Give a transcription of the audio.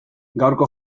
gaurko